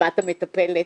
הבת המטפלת,